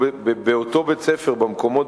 1. הכתבה שהתפרסמה אומנם היתה על בית-ספר ספציפי,